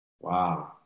Wow